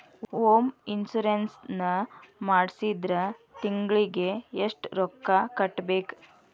Home insurance ನ ಮಾಡ್ಸಿದ್ರ ತಿಂಗ್ಳಿಗೆ ಎಷ್ಟ್ ರೊಕ್ಕಾ ಕಟ್ಬೇಕ್?